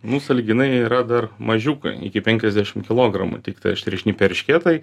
nu sąlyginai jie yra dar mažiukai iki penkiasdešim kilogramų tiktai aštriašnipiai eršketai